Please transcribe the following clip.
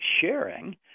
sharing